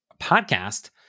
podcast